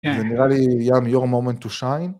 ונראה לי, ים, your moment to shine.